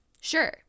Sure